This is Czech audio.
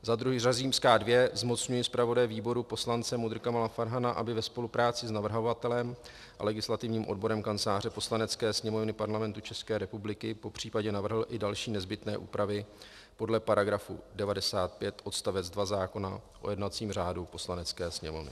II. zmocňuje zpravodaje výboru poslance MUDr. Kamala Farhana, aby ve spolupráci s navrhovatelem a legislativním odborem Kanceláře Poslanecké sněmovny Parlamentu České republiky popřípadě navrhl i další nezbytné úpravy podle § 95 odst. 2 zákona o jednacím řádu Poslanecké sněmovny;